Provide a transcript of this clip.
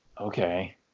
Okay